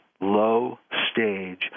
low-stage